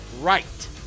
right